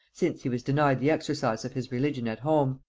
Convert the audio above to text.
since he was denied the exercise of his religion at home